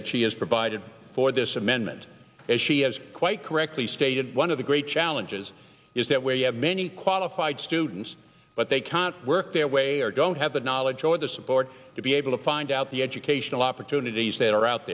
that she has provided for this amendment as she has quite correctly stated one of the great challenges is that where you have many qualified students but they can't work their way or don't have the knowledge or the support to be able to find out the educational opportunities that are out